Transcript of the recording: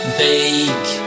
vague